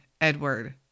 Edward